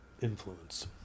influence